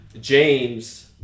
James